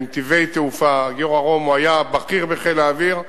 גיורא רום היה בכיר בחיל האוויר,